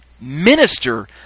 minister